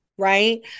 right